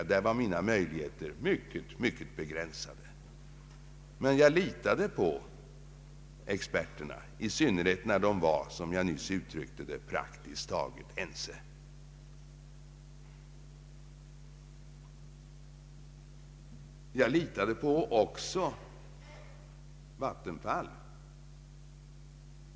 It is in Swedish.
Därvidlag var mina möjligheter i varje fall mycket begränsade. Jag litade på experterna, i synnerhet när de var — som jag nyss framhöll — praktiskt taget ense. Jag litade också på Vattenfall.